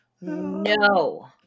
No